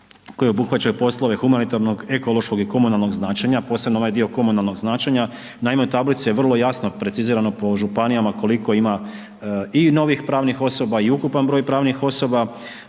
koja obuhvaća i poslove humanitarnog, ekološkog i komunalnog značenja, posebno ovaj dio komunalnog značenja. Naime u tablici je vrlo jasno precizirano po županijama koliko ima i novih pravnih osoba i ukupan broj pravnih osoba,